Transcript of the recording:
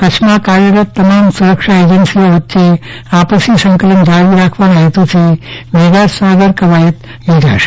કચ્છમાં કાર્યરત તપાસ સુરક્ષા એજન્સીઓ વચ્ચે આપસી સંકલન જાળવી રાખવાના હેતુથી મેગા સાગર કવાયત યોજાશે